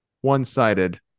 one-sided